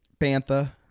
Bantha